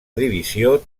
divisió